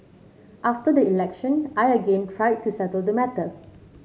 after the election I again tried to settle the matter